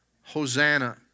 Hosanna